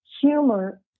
humor